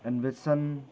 ꯑꯦꯟꯕꯦꯁꯟ